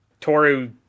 Toru